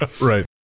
Right